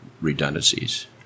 redundancies